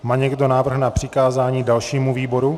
Má někdo návrh na přikázání dalšímu výboru?